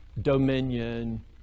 dominion